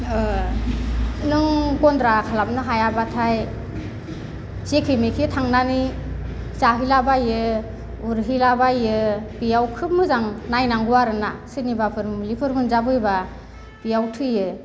नों गन्द्रा खालामनो हायाबाथाय जेखे मेखे थांनानै जाहैलाबायो उरहैला बायो बेयाव खोब मोजां नायनांगौ आरोना सोरनिबाफोर मुलिफोर मोनजाबोयोबा बेयाव थैयो